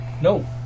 No